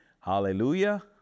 hallelujah